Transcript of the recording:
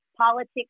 politics